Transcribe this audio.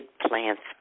plants